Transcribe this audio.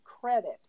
credit